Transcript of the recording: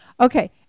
Okay